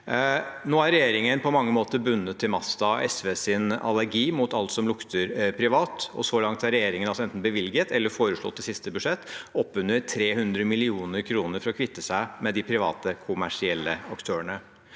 Nå er regjeringen på mange måter bundet til masten av SVs allergi mot alt som lukter privat, og så langt har regjeringen enten bevilget eller foreslått i siste budsjett opp under 300 mill. kr for å kvitte seg med de private kommersielle aktørene.